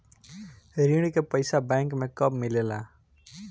ऋण के पइसा बैंक मे कब मिले ला?